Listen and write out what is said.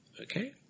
Okay